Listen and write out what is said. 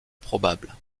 probable